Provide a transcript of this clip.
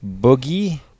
boogie